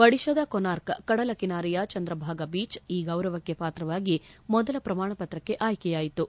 ಒಡಿಶಾದ ಕೊರ್ನಾಕ್ ಕಡಲ ಕಿನಾರೆಯ ಚಂದ್ರಭಾಗ ಬೀಚ್ ಈ ಗೌರವಕ್ಷೆ ಪಾತ್ರವಾಗಿ ಮೊದಲ ಪ್ರಮಾಣಪತ್ರಕ್ಷೆ ಆಯ್ಲೆಯಾಯಿತು